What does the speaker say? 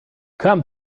come